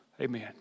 Amen